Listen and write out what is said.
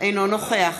אינו נוכח